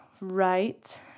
right